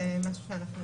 זה משהו שאנחנו